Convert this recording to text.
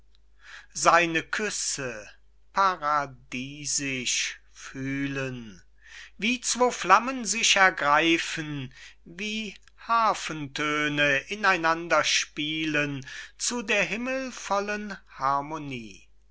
seine küsse paradisisch fühlen wie zwo flammen sich ergreiffen wie harfentöne in einander spielen zu der himmelvollen harmonie